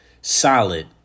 solid